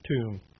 tomb